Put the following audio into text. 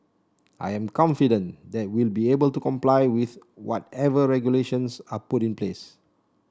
I am confident that we'll be able to comply with whatever regulations are put in place